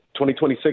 2026